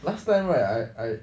last time right I I